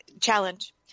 challenge